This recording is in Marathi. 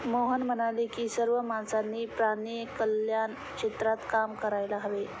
मोहन म्हणाले की सर्व माणसांनी प्राणी कल्याण क्षेत्रात काम करायला हवे